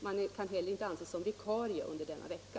Man kan inte heller anses som vikarie under denna vecka.